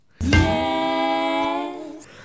Yes